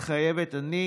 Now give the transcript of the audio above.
"מתחייבת אני".